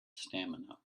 stamina